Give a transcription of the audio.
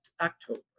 October